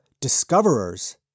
discoverers